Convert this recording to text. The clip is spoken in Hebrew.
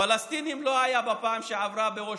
פלסטינים לא היו בפעם שעברה בוושינגטון,